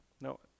no